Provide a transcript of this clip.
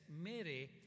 Mary